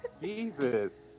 Jesus